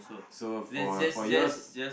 so for for yours